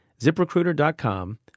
ziprecruiter.com